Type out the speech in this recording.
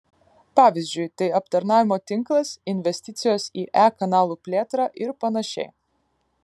pavyzdžiui tai aptarnavimo tinklas investicijos į e kanalų plėtrą ir panašiai